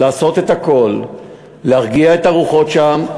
לעשות הכול להרגיע את הרוחות שם,